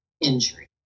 injury